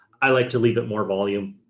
i like to leave it more volume.